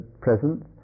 presence